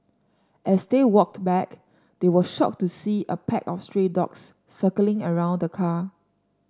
as they walked back they were shocked to see a pack of stray dogs circling around the car